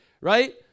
right